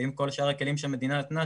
ואם כל שאר הכלים שהמדינה נתנה,